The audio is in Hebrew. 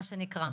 מה שנקרא.